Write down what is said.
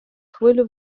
хвилю